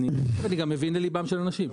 אני גם מבין לליבם של אנשים.